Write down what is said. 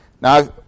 Now